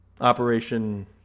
Operation